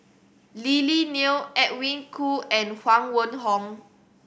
Lily Neo Edwin Koo and Huang Wenhong